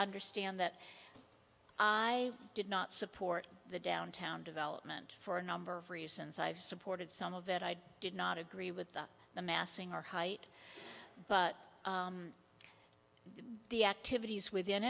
understand that i did not support the downtown development for a number of reasons i've supported some of it i did not agree with the amassing or height but the activities within